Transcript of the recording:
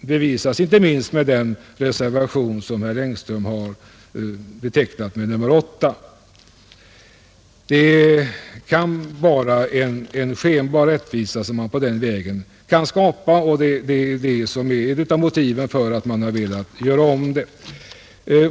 visar inte minst den reservation av herr Engström som har betecknats som nr 8. Det kan vara en skenbar rättvisa som man på den vägen skapar, och det är ett av motiven för att man har velat få en ändring.